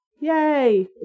Yay